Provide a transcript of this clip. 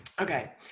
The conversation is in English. Okay